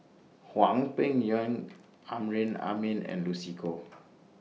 Hwang Peng Yuan Amrin Amin and Lucy Koh